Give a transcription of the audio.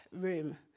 room